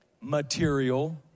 material